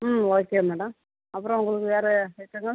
ம் okay madam அப்புறம் உங்களுக்கு வேறு எத்தனை